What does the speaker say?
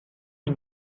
une